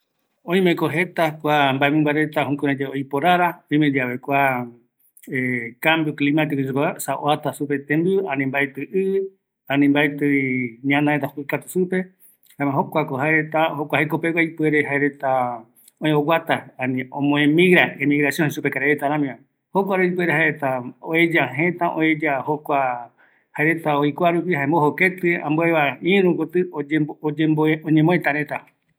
öimeko jeta kua mbaemɨmba reta oiporara, oime yave kua jujere, cambio climatico jei suoeretava, esa oata supe tembiu, ɨ, opa ñanareta otïni, jokua jekopegua jaereta öë oguata, oeya jëtä, ojo vaera oeka ïrukotɨ tembiu, jukuraï oyakao reta, oiko javi vaera reta